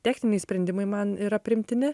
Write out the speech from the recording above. techniniai sprendimai man yra priimtini